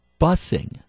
busing